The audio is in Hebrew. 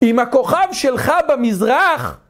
עם הכוכב שלך במזרח.